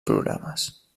programes